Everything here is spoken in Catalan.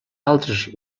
altres